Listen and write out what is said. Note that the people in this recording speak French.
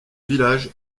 village